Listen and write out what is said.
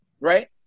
right